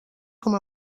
com